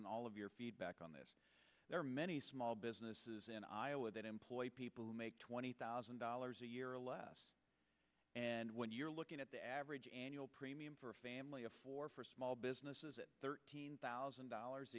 in all of your feedback on this there are many small businesses in iowa that employ people who make twenty thousand dollars a year or less and when you're looking at the average annual premium for a family of four for small businesses at thirteen thousand dollars